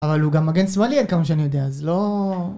אבל הוא גם מגן שמאלי עד כמה שאני יודע, אז לא...